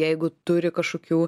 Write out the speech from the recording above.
jeigu turi kažkokių